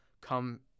come